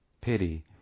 pity